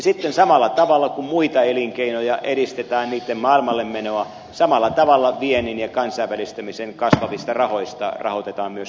sitten samalla tavalla kuin muita elinkeinoja edistetään niitten maailmalle menoa viennin ja kansainvälistymisen kasvavista rahoista rahoitetaan myös